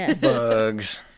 Bugs